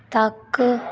ਤੱਕ